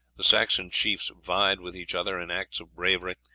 the saxon chiefs vied with each other in acts of bravery,